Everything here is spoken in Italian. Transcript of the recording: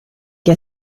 che